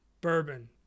bourbon